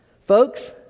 Folks